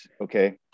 okay